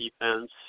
defense